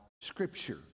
Scripture